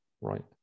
right